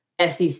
SEC